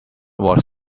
was